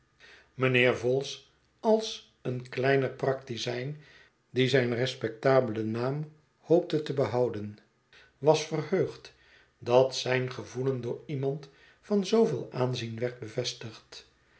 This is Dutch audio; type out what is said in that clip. mijnheer vholes als een kleiner praktizijn die zijn respectabelen naam hoopte te behouden was verheugd dat zijn gevoelen door iemand van zooveel aanzien werd bevestigd